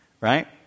right